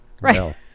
Right